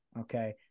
okay